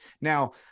Now